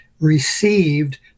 received